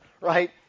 right